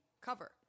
cover